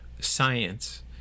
science